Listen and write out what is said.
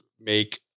make